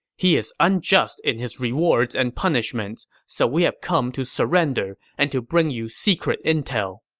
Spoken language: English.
he is unjust in his rewards and punishments, so we have come to surrender and to bring you secret intel.